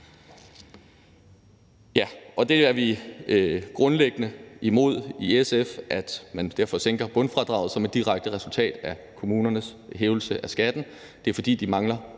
derfor i SF grundlæggende imod, at man sænker bundfradraget som et direkte resultat af kommunernes hævelse af skatten. Det er, fordi de mangler